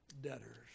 debtors